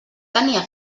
tenia